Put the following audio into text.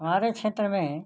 हमारे क्षेत्र में